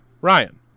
ryan